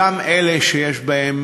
וגם אלה שיש בהן